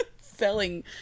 Selling